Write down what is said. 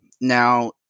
Now